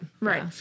Right